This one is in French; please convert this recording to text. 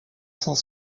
saint